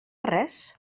res